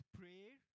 prayer